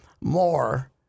more